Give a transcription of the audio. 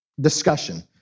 discussion